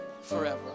forever